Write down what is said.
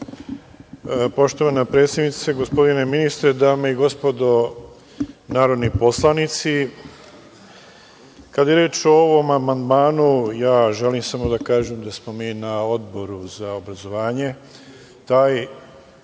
Poštovana predsednice, gospodine ministre, dame i gospodo narodni poslanici, kada je reč o ovom amandmanu, želim samo da kažem da smo mi na Odboru za obrazovanje